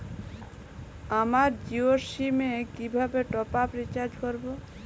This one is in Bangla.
আমার জিও সিম এ কিভাবে টপ আপ রিচার্জ করবো?